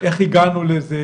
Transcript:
איך הגענו לזה,